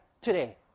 today